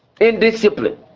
indiscipline